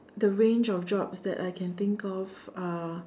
the range of jobs that I can think of are